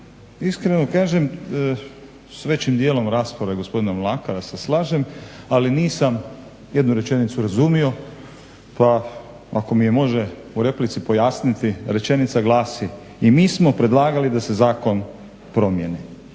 Iskreno da kažem s većim dijelom rasprave gospodina Mlakara se slažem, ali nisam jednu rečenicu razumio pa ako mi je može u replici pojasniti. Rečenica glasi: "I mi smo predlagali da se zakon promjeni."